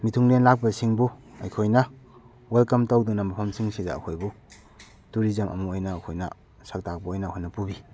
ꯃꯤꯊꯨꯡꯂꯦꯟ ꯂꯥꯛꯄꯁꯤꯡꯕꯨ ꯑꯩꯈꯣꯏꯅ ꯋꯦꯜꯀꯝ ꯇꯧꯗꯨꯅ ꯃꯐꯝꯁꯤꯡꯁꯤꯗ ꯑꯩꯈꯣꯏꯕꯨ ꯇꯨꯔꯤꯖꯝ ꯑꯃ ꯑꯣꯏꯅ ꯑꯩꯈꯣꯏꯅ ꯁꯛ ꯇꯥꯛꯄ ꯑꯣꯏꯅ ꯑꯩꯈꯣꯏꯅ ꯄꯨꯕꯤ